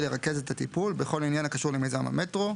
לרכז את הטיפול בכל עניין הקשור למיזם המטרו,